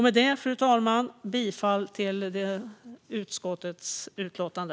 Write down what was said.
Med detta yrkar jag bifall till utskottets utlåtande.